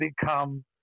become